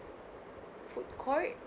food court